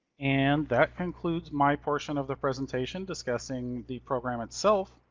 and that concludes my portion of the presentation discussing the program itself.